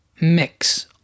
mix